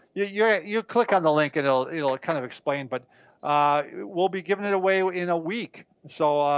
yeah, you click on the link and it'll it'll kind of explain but will be giving it away in a week. so,